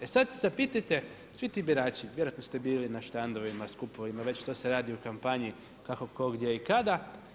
E sada se zapitajte svi ti birači, vjerojatno ste bili na štandovima, skupovima, već što se radi u kampanji, kako tko, gdje i kada.